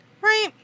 Right